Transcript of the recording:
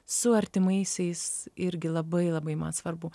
su artimaisiais irgi labai labai man svarbu